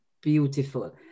beautiful